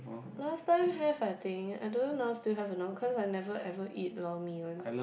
last time have I think I don't know now still have a not cause I never ever eat lor mee one